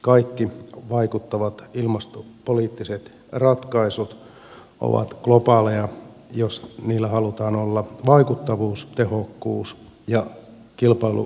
kaikki vaikuttavat ilmastopoliittiset ratkaisut ovat globaaleja jos niillä halutaan olevan vaikuttavuus tehokkuus ja kilpailuneutraalisuus